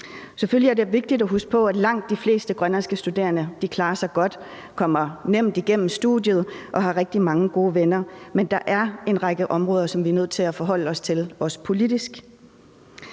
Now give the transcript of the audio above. Selvfølgelig er det vigtigt at huske på, at langt de fleste grønlandske studerende klarer sig godt, kommer nemt igennem studiet og har rigtig mange gode venner, men der er en række områder, som vi også politisk er nødt til at forholde os til. Jeg kunne